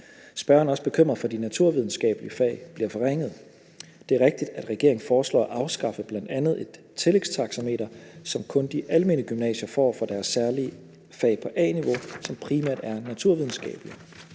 Spørgeren er også bekymret for, at de naturvidenskabelige fag bliver forringet. Det er rigtigt, at regeringen bl.a. foreslår at afskaffe et tillægstaxameter, som kun de almene gymnasier får for deres særlige fag på A-niveau, som primært er naturvidenskabelige.